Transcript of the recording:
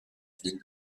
ville